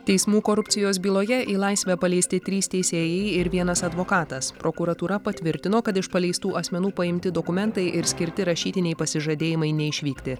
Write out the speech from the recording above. teismų korupcijos byloje į laisvę paleisti trys teisėjai ir vienas advokatas prokuratūra patvirtino kad iš paleistų asmenų paimti dokumentai ir skirti rašytiniai pasižadėjimai neišvykti